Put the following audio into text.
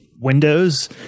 windows